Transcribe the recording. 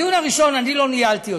את הדיון הראשון אני לא ניהלתי,